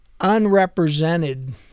unrepresented